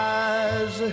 eyes